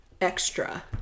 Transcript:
extra